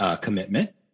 commitment